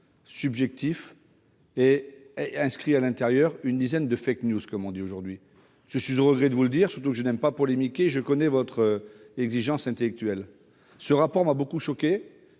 subjectif et comporte une dizaine de comme l'on dit aujourd'hui. Je suis au regret de vous le dire, d'autant que je n'aime pas polémiquer et que je connais votre exigence intellectuelle. Ce rapport m'a beaucoup choqué